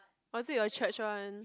was it your church one